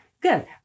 good